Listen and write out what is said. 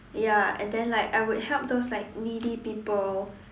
ya and then like I would help like those needy people